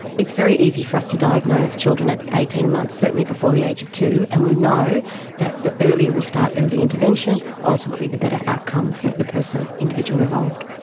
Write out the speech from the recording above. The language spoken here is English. it's very easy for us to diagnose children at eighteen months, certainly before the age of two, and we know that the earlier we start early intervention, ultimately the better outcome for the person, the individual involved.